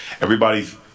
Everybody's